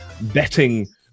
betting